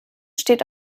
steht